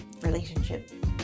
relationship